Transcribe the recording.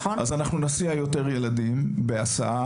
אז אנחנו נסיע יותר ילדים בהסעה,